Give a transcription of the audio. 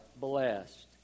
blessed